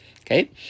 Okay